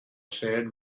said